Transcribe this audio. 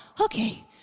Okay